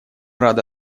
рады